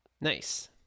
Nice